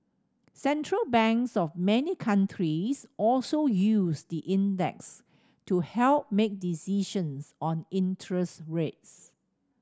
Central Banks of many countries also use the index to help make decisions on interest rates